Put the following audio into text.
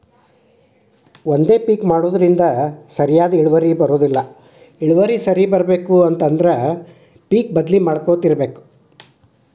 ಒಂದೇ ಪಿಕ್ ಮಾಡುದ್ರಿಂದ ಸರಿಯಾದ ಇಳುವರಿ ಬರುದಿಲ್ಲಾ ಇಳುವರಿ ಸರಿ ಇರ್ಬೇಕು ಅಂದ್ರ ಪಿಕ್ ಬದ್ಲಿ ಮಾಡತ್ತಿರ್ಬೇಕ